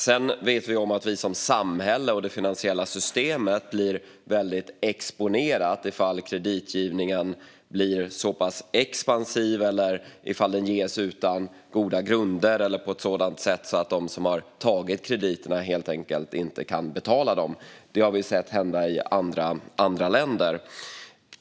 Sedan vet vi att vi som samhälle och det finansiella systemet blir väldigt exponerat ifall kreditgivningen blir för expansiv eller ges utan goda grunder eller på ett sådant sätt att de som har tagit krediterna helt enkelt inte kan betala dem. Det har vi sett hända i andra länder.